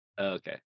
okay